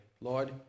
Lord